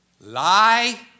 Lie